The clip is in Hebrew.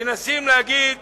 מנסים להגיד